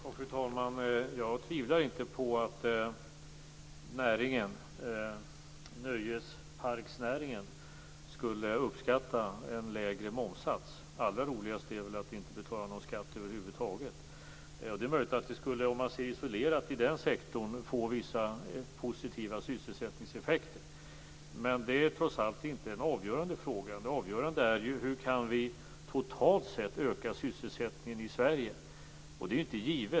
Fru talman! Jag tvivlar inte på att nöjesparksnäringen skulle uppskatta en lägre momssats. Allra roligast är det väl att över huvud taget inte betala någon skatt. Det är möjligt att man isolerat i den sektorn skulle få vissa positiva sysselsättningseffekter, men det är trots allt inte den avgörande frågan. Det avgörande är hur vi totalt sett kan öka sysselsättningen i Sverige.